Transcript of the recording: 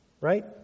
Right